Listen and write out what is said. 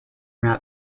that